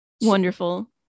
Wonderful